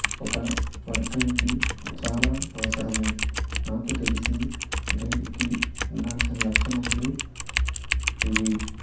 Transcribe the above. ఒక వర్గానికి చాలా అవసరము నాకు తెలిసి గైడుకు ఉండాల్సిన లక్షణములు ఇవి